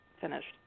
finished